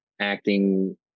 acting